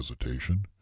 hesitation